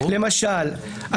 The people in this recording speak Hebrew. למשל,